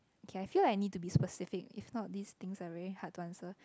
okay I feel I need to be specific if not these things are very hard to answer